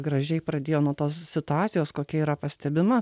gražiai pradėjo nuo tos situacijos kokia yra pastebima